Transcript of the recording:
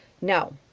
No